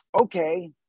Okay